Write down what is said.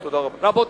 תודה רבה.